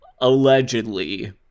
allegedly